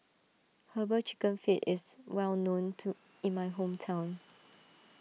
Herbal Chicken Feet is well known to in my hometown